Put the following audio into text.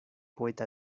poeta